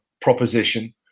proposition